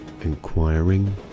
Inquiring